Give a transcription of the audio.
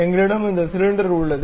எங்களிடம் இந்த சிலிண்டர் உள்ளது